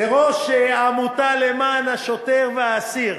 לראש העמותה למען השוטר והאסיר.